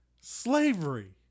slavery